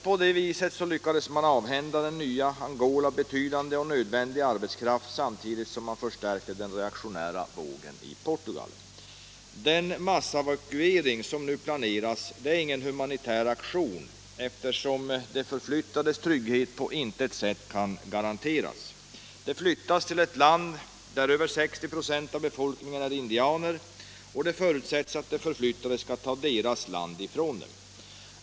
På så vis lyckades man avhända det nya Angola betydande och nödvändig arbetskraft samtidigt som man förstärkte den reaktionära vågen i Portugal. Den massevakuering som nu planeras är ingen humanitär aktion, eftersom de förflyttades trygghet på intet sätt garanteras. De flyttas till ett land där över 60 96 av befolkningen är indianer och det förutsätts att de förflyttade skall ta deras land ifrån dem.